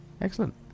Excellent